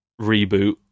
reboot